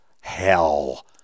Hell